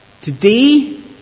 Today